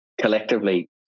collectively